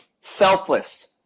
selfless